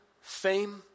fame